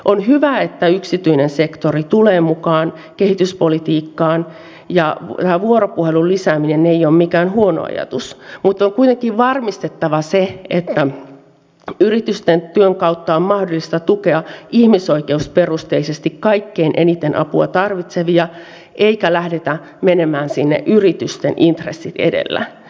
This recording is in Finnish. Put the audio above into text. on hyvä että yksityinen sektori tulee mukaan kehityspolitiikkaan ja vuoropuhelun lisääminen ei ole mikään huono ajatus mutta on kuitenkin varmistettava se että yritysten työn kautta on mahdollista tukea ihmisoikeusperusteisesti kaikkein eniten apua tarvitsevia eikä lähdetä menemään sinne yritysten intressit edellä